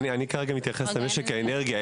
אני מתייחס למשק האנרגיה.